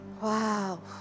Wow